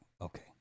Okay